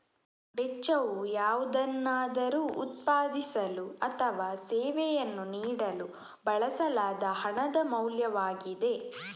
ವೆಚ್ಚವು ಯಾವುದನ್ನಾದರೂ ಉತ್ಪಾದಿಸಲು ಅಥವಾ ಸೇವೆಯನ್ನು ನೀಡಲು ಬಳಸಲಾದ ಹಣದ ಮೌಲ್ಯವಾಗಿದೆ